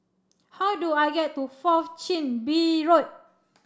how do I get to Fourth Chin Bee Road